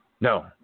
No